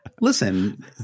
Listen